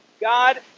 God